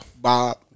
Bob